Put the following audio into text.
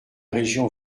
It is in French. région